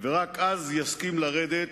ורק אז יסכים לרדת.